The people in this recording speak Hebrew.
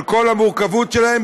על כל המורכבות שלהם,